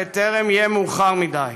בטרם יהיה מאוחר מדי,